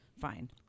fine